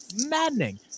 maddening